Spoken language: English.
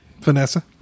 Vanessa